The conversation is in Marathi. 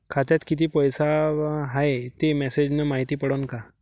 खात्यात किती पैसा हाय ते मेसेज न मायती पडन का?